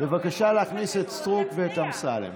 בבקשה להכניס את חברת הכנסת סטרוק ואת אמסלם.